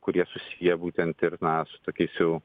kurie susiję būtent ir na su tokiais jau